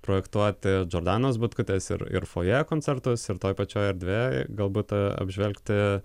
projektuoti džordanos butkutės ir ir fojė koncertus ir toj pačioj erdvėj galbūt apžvelgti